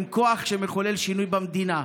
הם כוח שמחולל שינוי במדינה.